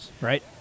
Right